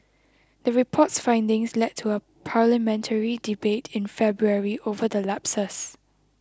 the report's findings led to a parliamentary debate in February over the lapses